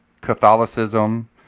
catholicism